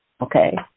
Okay